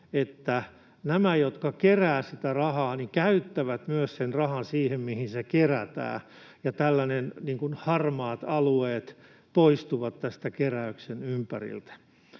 että nämä, jotka keräävät sitä rahaa, myös käyttävät sen rahan siihen, mihin se kerätään, ja tällaiset harmaat alueet poistuvat tästä keräyksen ympäriltä.